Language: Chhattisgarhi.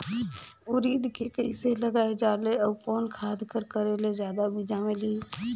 उरीद के कइसे लगाय जाले अउ कोन खाद कर करेले जादा बीजा मिलही?